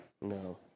No